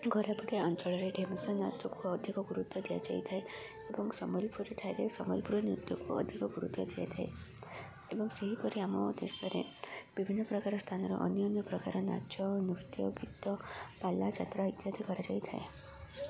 କୋରାପୁଟିଆ ଅଞ୍ଚଳରେ ଢେମସା ନାଚକୁ ଅଧିକ ଗୁରୁତ୍ୱ ଦିଆଯାଇଥାଏ ଏବଂ ସମଲପୁର ନୃତ୍ୟକୁ ଅଧିକ ଗୁରୁତ୍ୱ ଦିଆଥାଏ ଏବଂ ସେହିପରି ଆମ ଦେଶରେ ବିଭିନ୍ନ ପ୍ରକାର ସ୍ଥାନର ଅନ୍ୟ ଅନ୍ୟ ପ୍ରକାର ନାଚ ନୃତ୍ୟ ଗୀତ ପାଲାଯାତ୍ରା ଇତ୍ୟାଦି କରାଯାଇଥାଏ